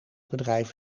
bedrijf